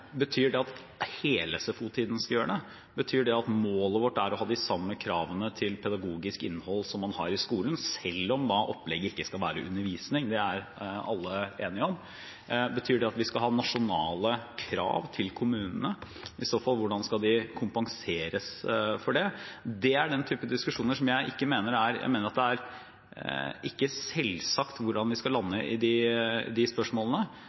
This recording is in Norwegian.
betyr det at hele SFO-tiden skal gjøre det? Betyr det at målet vårt er å ha de samme kravene til pedagogisk innhold som man har i skolen, selv om opplegget ikke skal være undervisning? Det er alle enige om. Betyr det at vi skal ha nasjonale krav til kommunene? I så fall: Hvordan skal de kompenseres for det? Dette er den typen diskusjoner og spørsmål hvor jeg mener det ikke er selvsagt hvor vi skal